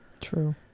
True